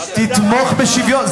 תתמוך בשוויון.